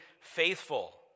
faithful